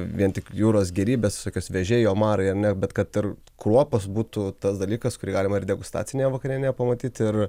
vien tik jūros gėrybės visokios vėžiai omarai ar ne bet kad ir kruopos būtų tas dalykas kurį galima ir degustacineje vakarieneje pamatyt ir